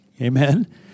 Amen